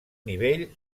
nivell